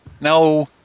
No